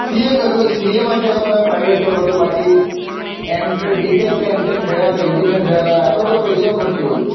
CA કર્યું હોય CA માટે હો તમે પ્રાઇવેટ કરો તો બાકી એમ બી ટેક કે એમ ટેક થયા હોય એન્જિન્યર થયા હોય આટલો બધો પૈસો ખરચ્યો હોય